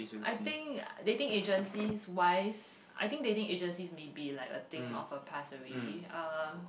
I think dating agencies wise I think dating agencies may be like a thing of a past already um